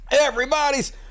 everybody's